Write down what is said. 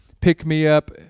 pick-me-up